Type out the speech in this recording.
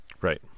Right